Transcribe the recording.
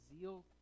zeal